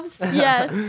Yes